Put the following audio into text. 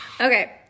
Okay